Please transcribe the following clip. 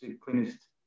cleanest